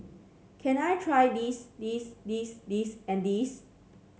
can I try this this this this and this